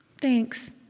Thanks